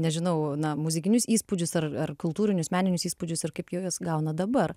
nežinau na muzikinius įspūdžius ar ar kultūrinius meninius įspūdžius ir kaip jau juos gauna dabar